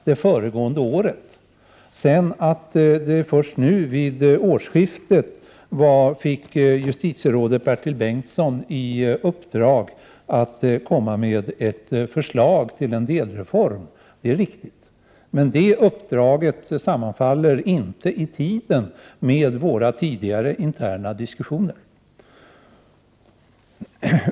Det är riktigt att det var först vid årsskiftet som justitierådet Bertil Bengtsson fick i uppdrag att komma med ett förslag till en delreform. Men det uppdraget sammanfaller inte i tiden med våra tidigare interna diskussioner.